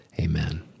Amen